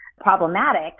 problematic